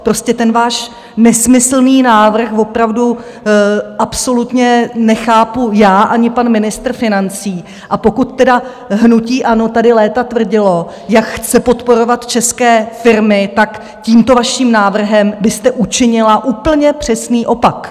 Prostě váš nesmyslný návrh opravdu absolutně nechápu já ani pan ministr financí, a pokud tedy hnutí ANO tady léta tvrdilo, jak chce podporovat české firmy, tak tímto vaším návrhem byste učinila úplně přesný opak.